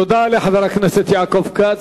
תודה לחבר הכנסת יעקב כץ.